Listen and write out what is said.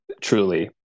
Truly